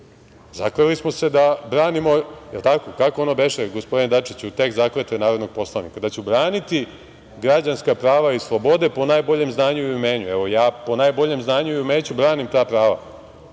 Zakleli smo se da branimo, jel tako, kako ono beše gospodine Dačiću, tekst zakletve narodnog poslanika, „da ću braniti građanska prava i slobode po najboljem znanju i umenju“.Evo, ja po najboljem znanju i umeću branim ta prava.